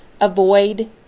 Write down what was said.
avoid